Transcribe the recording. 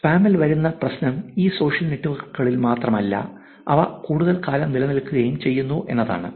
സ്പാമിൽ വരുന്ന പ്രശ്നം ഈ സോഷ്യൽ നെറ്റ്വർക്കുകളിൽ മാത്രമല്ല അവ കൂടുതൽ കാലം നിലനിൽക്കുകയും ചെയ്യുന്നു എന്നതാണ്